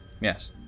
Yes